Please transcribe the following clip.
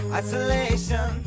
isolation